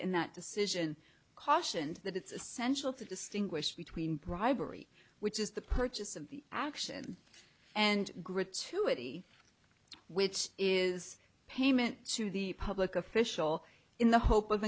in that decision cautioned that it's essential to distinguish between bribery which is the purchase of the action and gratuity which is payment to the public official in the hope of